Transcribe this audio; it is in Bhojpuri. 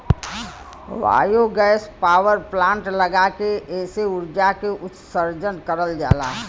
बायोगैस पावर प्लांट लगा के एसे उर्जा के उत्सर्जन करल जाला